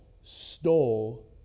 stole